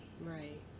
Right